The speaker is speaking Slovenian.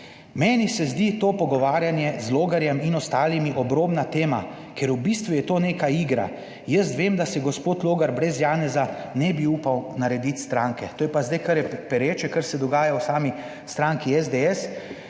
"Meni se zdi to pogovarjanje z Logarjem in ostalimi obrobna tema, ker v bistvu je to neka igra. Jaz vem, da si gospod Logar brez Janeza ne bi upal narediti stranke", to je pa zdaj kar je pereče, kar se dogaja v sami stranki SDS